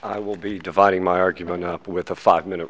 i will be dividing my argument up with a five minute